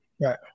Right